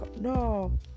No